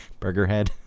Burgerhead